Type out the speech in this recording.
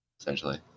Essentially